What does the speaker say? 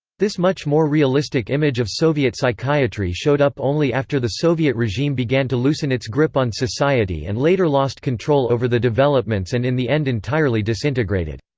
this much more realistic image of soviet psychiatry showed up only after the soviet regime began to loosen its grip on society and later lost control over the developments and in the end entirely disintegrated.